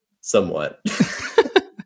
somewhat